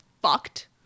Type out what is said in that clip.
fucked